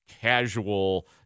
casual